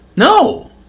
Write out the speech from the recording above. No